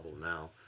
now